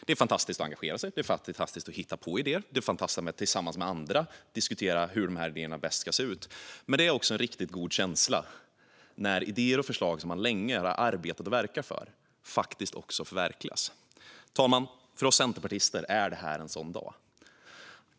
Det är fantastiskt att engagera sig, det är fantastiskt att hitta på idéer, det är fantastiskt att tillsammans med andra diskutera hur de här idéerna bäst ska se ut och det är också en riktigt god känsla när idéer och förslag som man länge har arbetat och verkat för faktiskt också förverkligas. Fru talman! För oss centerpartister är det här en sådan dag.